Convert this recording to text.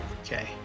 Okay